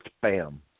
bam